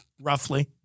roughly